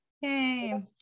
Yay